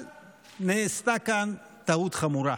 אבל נעשתה כאן טעות חמורה: